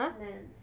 then